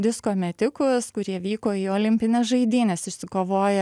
disko metikus kurie vyko į olimpines žaidynes išsikovoję